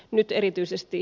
nyt erityisesti